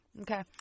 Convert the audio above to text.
Okay